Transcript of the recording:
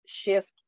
shift